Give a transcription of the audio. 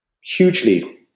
hugely